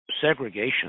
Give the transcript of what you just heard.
segregation